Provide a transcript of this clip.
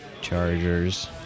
Chargers